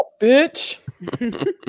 bitch